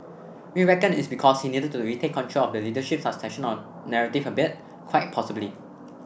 we reckon it's because he needed to retake control of the leadership succession narrative a bit quite possibly